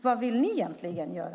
Vad vill ni egentligen göra?